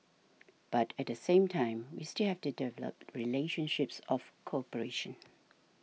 but at the same time we still have to develop relationships of cooperation